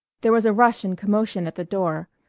there was a rush and commotion at the door,